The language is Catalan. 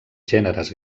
gèneres